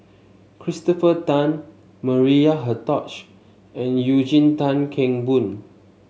Christopher Tan Maria Hertogh and Eugene Tan Kheng Boon